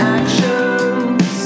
actions